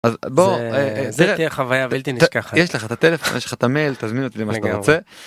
אז בוא, זה לדעתי החוויה הבלתי נשכחת יש לך את הטלפון שלך את המייל תזמין אותי למה שאתה רוצה.